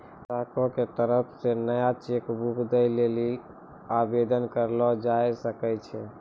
ग्राहको के तरफो से नया चेक बुक दै लेली आवेदन करलो जाय सकै छै